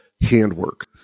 handwork